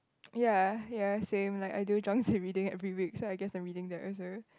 ya ya same like I do drums every day every week so I guess I am reading the answer